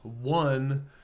One